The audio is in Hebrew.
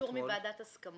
אישור מוועדת הסכמות.